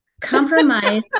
Compromise